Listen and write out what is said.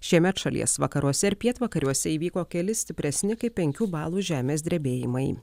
šiemet šalies vakaruose ir pietvakariuose įvyko keli stipresni kaip penkių balų žemės drebėjimai